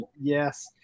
Yes